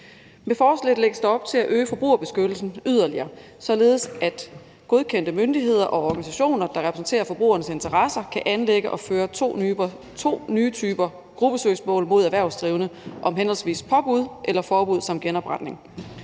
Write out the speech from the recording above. Med forslaget lægges der op til at øge forbrugerbeskyttelsen yderligere, således at godkendte myndigheder og organisationer, der repræsenterer forbrugernes interesser, kan anlægge og føre to nye typer gruppesøgsmål mod erhvervsdrivende om henholdsvis påbud eller forbud og genopretning.